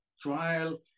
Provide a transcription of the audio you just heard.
trial